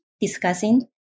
discussing